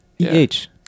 E-H